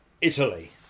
Italy